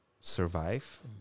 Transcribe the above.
survive